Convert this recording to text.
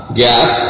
gas